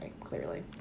clearly